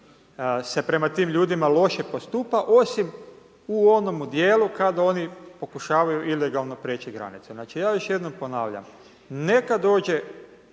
se prema tim ljudima loše postupa, osim u onom dijelu kada oni pokušavaju ilegalno preći granicu. Znači, ja još jednom ponavljam, neka dođe,